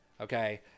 okay